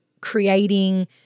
creating